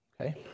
Okay